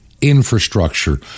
infrastructure